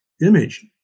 image